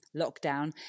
lockdown